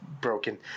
broken